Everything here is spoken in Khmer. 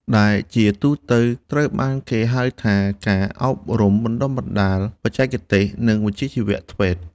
ដែលជាទូទៅត្រូវបានគេហៅថា ការអប់រំបណ្ដុះបណ្ដាលបច្ចេកទេស និងវិជ្ជាជីវៈ (TVET)។